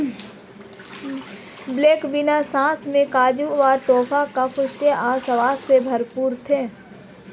black bean sauce में काजू और टोफू उत्कृष्ट और स्वाद से भरपूर थे